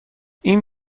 این